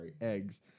eggs